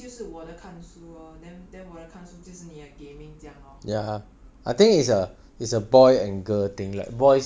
yeah 可能 err err 你的 gaming 就是我的看书 lor then 我的看书是你的 gaming 这样 lor